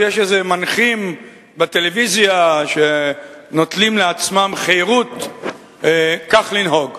אז יש מנחים כלשהם בטלוויזיה שנוטלים לעצמם חירות כך לנהוג.